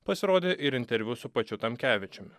pasirodė ir interviu su pačiu tamkevičiumi